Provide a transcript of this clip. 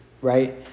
right